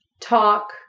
talk